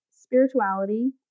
spirituality